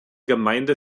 gemeinde